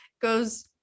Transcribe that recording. goes